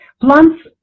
plants